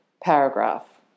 paragraph